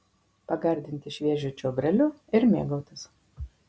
pagardinti šviežiu čiobreliu ir mėgautis